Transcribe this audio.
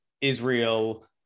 Israel